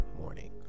morning